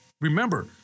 Remember